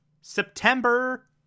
September